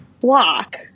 block